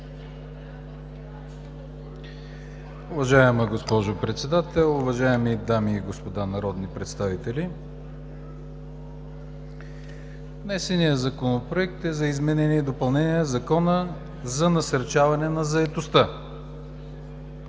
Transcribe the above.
четене Законопроект за изменение и допълнение на Закона за насърчаване на заетостта,